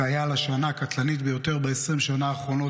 זה היה על השנה הקטלנית ביותר ב-20 השנים האחרונות,